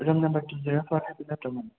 room number two zero four ꯍꯥꯏꯕ ꯅꯠꯇ꯭ꯔꯣ ꯃꯦꯝ